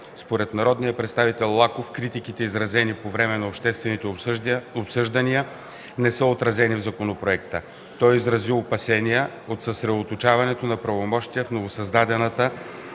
Според народния представител Лаков критиките, изразени по време на обществените обсъждания не са отразени в законопроекта. Той изрази опасения от съсредоточаването на правомощия в новосъздадената